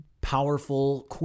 powerful